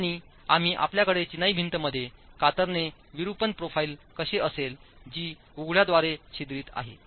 आणि आम्ही आपल्याकडे चिनाई भिंत मध्ये कातरणे विरूपण प्रोफाइल कसे असेल जी उघड्याद्वारे छिद्रित आहे